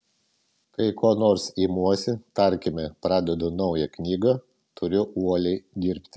kai ko nors imuosi tarkime pradedu naują knygą turiu uoliai dirbti